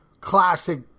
classic